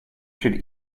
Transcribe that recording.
should